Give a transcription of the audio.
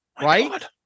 Right